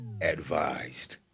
advised